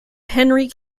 henry